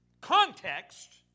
context